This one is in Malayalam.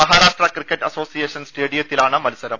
മഹാരാഷ്ട്ര ക്രിക്കറ്റ് അസോസിയേഷൻ സ്റ്റേഡിയത്തിലാണ് മത്സരം